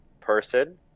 person